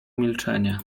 milczenie